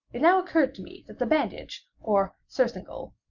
it now occurred to me that the bandage, or surcingle,